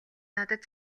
надад